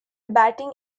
batting